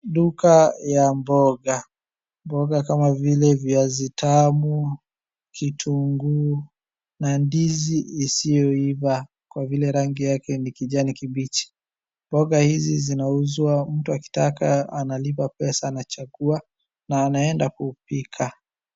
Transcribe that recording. Duka ya mboga, mboga kama vile viazi tamu, kitunguu na ndizi isiyoiva kwa vile rangi yake ni kijani kibichi. Mboga hizi zinauzwa mtu akitaka analipa pesa anachagua na anaenda kupika.